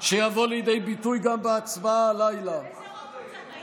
שיבוא לידי ביטוי גם בהצבעה הלילה, איזה רוב מוצק?